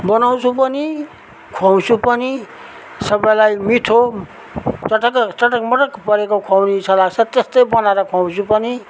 बनाउँछु पनि खुवाउँछु पनि सबैलाई मिठो चटक्क चटकमटक परेको खुवाउने इच्छा लाग्छ त्यस्तै बनाएर खुवाउँछु पनि